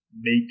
make